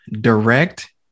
direct